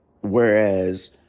Whereas